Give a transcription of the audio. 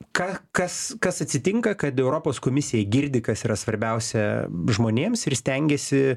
ką kas kas atsitinka kad europos komisija girdi kas yra svarbiausia žmonėms ir stengiasi